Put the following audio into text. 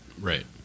Right